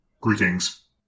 Greetings